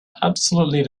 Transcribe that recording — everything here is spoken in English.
absolutely